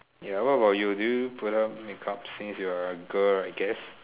ya what about you do you put up make-ups since you are a girl I guess